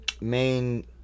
main